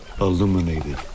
illuminated